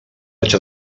vaig